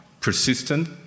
persistent